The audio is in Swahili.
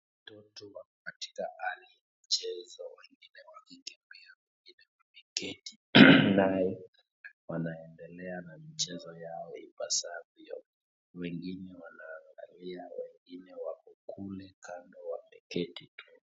Mtoto ako katika hali ya mchezo, wengine wakikimbia pia wengine wameketi nao wanaendelea na michezo yao ipasavyo. Wengine wanaangalia, wengine wako kule kando wameketi tu.